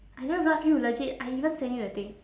I never bluff you legit I even sent you the thing